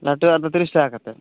ᱞᱟᱹᱴᱩᱣᱟᱜ ᱫᱚ ᱛᱤᱨᱤᱥ ᱴᱟᱠᱟ ᱠᱟᱛᱮᱫ